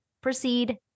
proceed